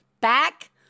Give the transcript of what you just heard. Back